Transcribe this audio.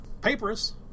Papyrus